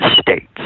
states